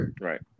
right